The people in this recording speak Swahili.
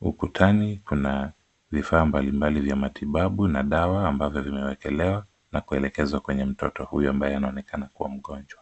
Ukutani kuna vifaa mbali mbali vya matibabu na dawa ambavyo vimeekelewa na kuelekezwa kwenye mtoto huyo ambaye anaonekana kuwa mgonjwa.